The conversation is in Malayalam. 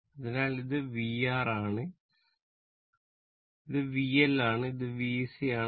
അതിനാൽ ഇത് VR ആണ് ഇത് VL ആണ് ഇത് Vc ആണ്